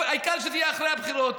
העיקר שזה יהיה אחרי הבחירות.